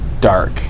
dark